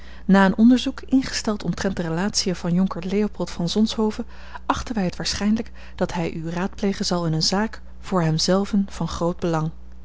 na een onderzoek ingesteld omtrent de relatiën van jonker leopold van zonshoven achten wij het waarschijnlijk dat hij u raadplegen zal in eene zaak voor hem zelven van groot belang